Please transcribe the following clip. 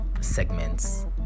segments